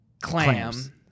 clam